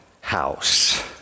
house